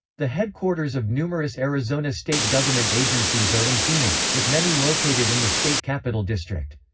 the headquarters of numerous arizona state government agencies are in phoenix, with many located in the state capitol district.